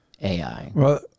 AI